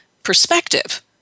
perspective